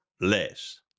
less